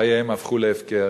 שחייהם הפכו להפקר